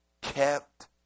kept